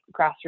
grassroots